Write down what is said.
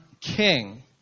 King